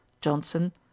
johnson